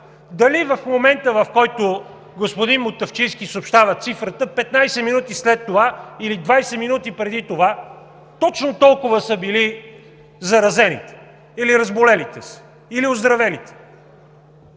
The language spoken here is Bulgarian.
дали в момента, в който господин Мутафчийски съобщава цифрата, 15 минути след това или 20 минути преди това точно толкова са били заразените, или разболелите се, или оздравелите.